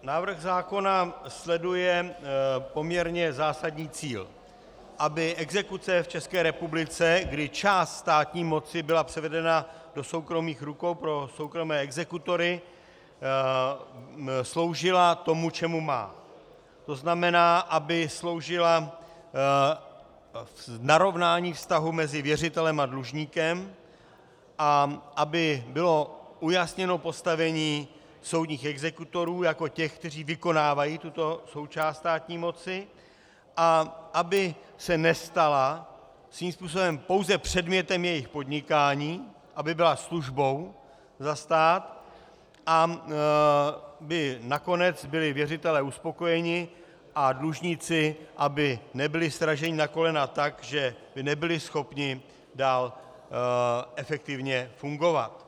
Návrh zákona sleduje poměrně zásadní cíl, aby exekuce v ČR, kdy část státní moci byla převedena do soukromých rukou pro soukromé exekutory, sloužila tomu, čemu má, to znamená, aby sloužila k narovnání vztahu mezi věřitelem a dlužníkem a aby bylo ujasněno postavení soudních exekutorů jako těch, kteří vykonávají tuto součást státní moci, a aby se nestala svým způsobem pouze předmětem jejich podnikání, aby byla službou za stát a aby nakonec byli věřitelé uspokojeni a dlužníci aby nebyli sraženi na kolega tak, že by nebyli schopni dál efektivně fungovat.